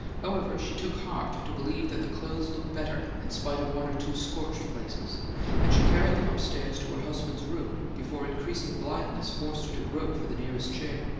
however, she took heart to believe that the clothes looked better, in spite of one or two scorched places and she carried them upstairs to her husband's room before increasing blindness forced her to grope for the nearest chair.